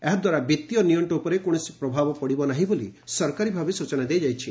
ଏହା ଦ୍ୱାରା ବିଭୀୟ ନିଅଣ୍ଟ ଉପରେ କୌଣସି ପ୍ରଭାବ ପଡ଼ିବ ନାହିଁ ବୋଲି ସରକାରୀ ଭାବେ ସୂଚନା ଦିଆଯାଇଛି